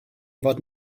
fod